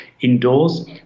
indoors